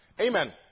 Amen